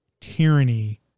tyranny